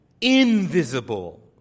invisible